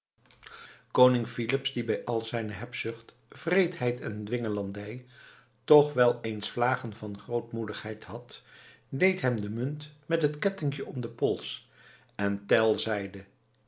koning filips die bij al zijne hebzucht wreedheid en dwingelandij toch wel eens vlagen van grootmoedigheid had deed hem de munt met het kettinkje om den pols en tell zeide